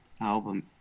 album